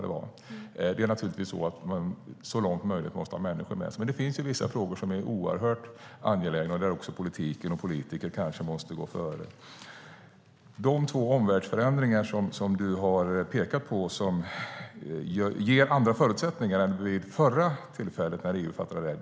Det är naturligtvis så att man så långt som möjligt måste ha människor med sig. Men det finns vissa frågor som är oerhört angelägna och där politiken och politiker kanske måste gå före. Cecilie har pekat på två omvärldsförändringar som ger andra förutsättningar än vid förra tillfället då EU behandlade detta.